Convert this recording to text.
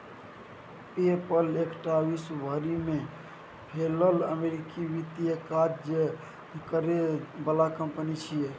पे पल एकटा विश्व भरि में फैलल अमेरिकी वित्तीय काज करे बला कंपनी छिये